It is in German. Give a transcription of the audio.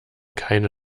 keine